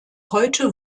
heute